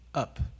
up